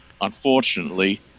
Unfortunately